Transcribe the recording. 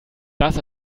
das